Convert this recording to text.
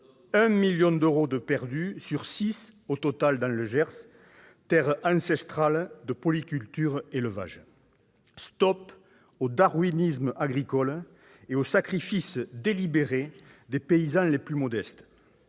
1 million d'euros de perdus sur un total de 6 millions dans le Gers, terre ancestrale de polyculture et d'élevage. Stop au darwinisme agricole et au sacrifice délibéré des paysans les plus modestes